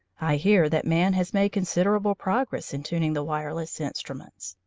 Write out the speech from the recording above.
i hear that man has made considerable progress in tuning the wireless instruments.